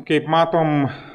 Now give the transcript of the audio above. kaip matom